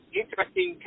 interesting